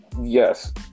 Yes